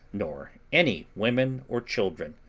nor any women or children,